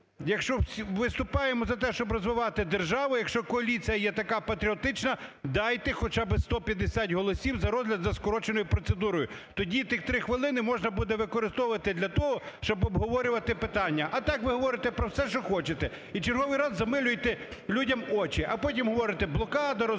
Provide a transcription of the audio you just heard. якщо виступаємо за те, щоб розвивати державу, якщо коаліція така патріотична, дайте хоча би 150 голосів за розгляд за скороченою процедурою, тоді ті три хвилини можна буде використовувати для того, щоб обговорювати питання. А так ви говорите про все що хочете і черговий раз замилюєте людям очі, а потім говорите блокада, розганяють